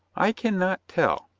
i can not tell,